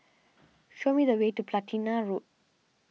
show me the way to Platina Road